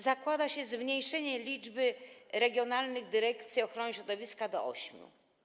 Zakłada się zmniejszenie liczby regionalnych dyrekcji ochrony środowiska do ośmiu.